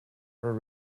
for